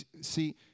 see